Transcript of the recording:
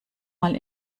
mal